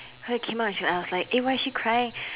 her came out and she I was like eh why is she crying